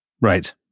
Right